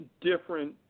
different